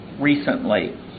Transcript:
recently